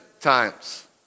times